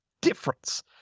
difference